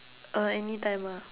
uh anytime ah